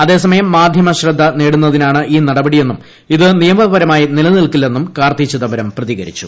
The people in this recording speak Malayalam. അതേ സമയം മാധ്യമ ശ്രദ്ധ നേടുന്നതിനാണ് ഈ നടപടിയെന്നും ഇത് നിയമപരമായി നിലനിൽക്കില്ലെന്നും കാർത്തി ചിദംബരം പ്രതികരിച്ചു